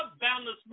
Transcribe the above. boundless